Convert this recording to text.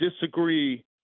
disagree